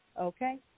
Okay